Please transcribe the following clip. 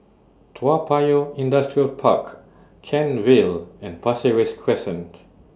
Toa Payoh Industrial Park Kent Vale and Pasir Ris Crescent